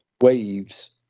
waves